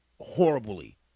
horribly